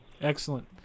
Excellent